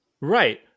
Right